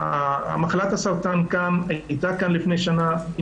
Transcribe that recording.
מחלת הסרטן הייתה כאן לפני שנה והיא